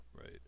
right